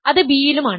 അത് B യിലുമാണ്